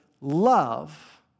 love